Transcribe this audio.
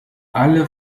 alle